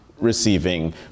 receiving